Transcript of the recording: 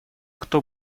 кто